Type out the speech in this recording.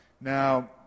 Now